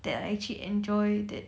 there I actually enjoy that